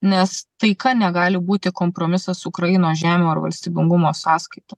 nes taika negali būti kompromisas ukrainos žemių ar valstybingumo sąskaita